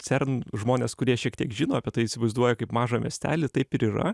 cern žmonės kurie šiek tiek žino apie tai įsivaizduoja kaip mažą miestelį taip ir yra